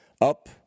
up